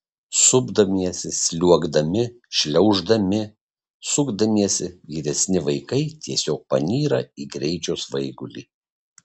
supdamiesi sliuogdami šliauždami sukdamiesi vyresni vaikai tiesiog panyra į greičio svaigulį